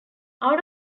out